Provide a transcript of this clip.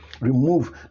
Remove